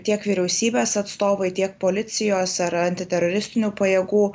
tiek vyriausybės atstovai tiek policijos ar antiteroristinių pajėgų